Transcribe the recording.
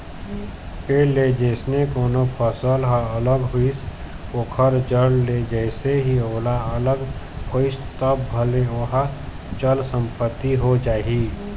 पेड़ ले जइसे कोनो फसल ह अलग होइस ओखर जड़ ले जइसे ही ओहा अलग होइस तब भले ओहा चल संपत्ति हो जाही